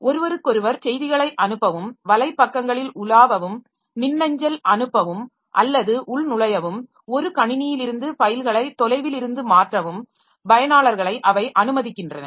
ஒருவருக்கொருவர் செய்திகளை அனுப்பவும் வலைப்பக்கங்களில் உலாவவும் மின்னஞ்சல் அனுப்பவும் அல்லது உள்நுழையவும் ஒரு கணினியிலிருந்து ஃபைல்களை தொலைவிலிருந்து மாற்றவும் பயனாளர்களை அவை அனுமதிக்கின்றன